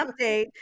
update